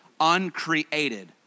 Uncreated